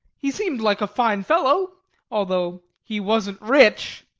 he seemed like a fine fellow although he wasn't rich!